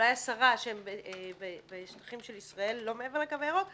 אולי עשרה שהם בשטחים של ישראל לא מעבר לקו הירוק שמוכרים.